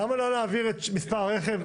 למה אי אפשר להעביר פרטים על מספר הרכב,